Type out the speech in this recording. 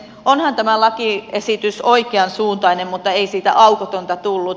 onhan tämä lakiesitys oikean suuntainen mutta ei siitä aukotonta tullut